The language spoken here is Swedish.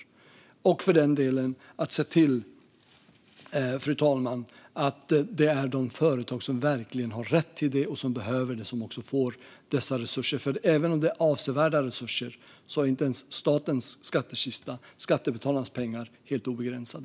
Vi vill för den delen också se till, fru talman, att det är de företag som verkligen har rätt till det och som behöver det som får dessa resurser. Även om det är avsevärda resurser är inte ens statens skattkista med skattebetalarnas pengar helt obegränsad.